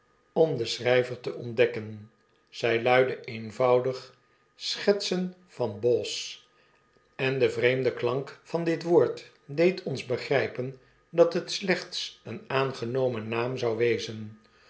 om den schry ver te ontdekken zij luidde eenvoudig schetsen vanjbo z en de vreemde klank van dit woord deed ons begrypen dat het slechts een aangenomen naam zou wezen